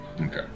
okay